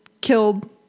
killed